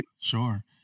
Sure